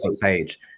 page